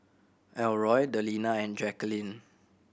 Elroy Delina and Jackeline